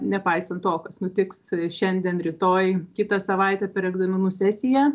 nepaisant to kas nutiks šiandien rytoj kitą savaitę per egzaminų sesiją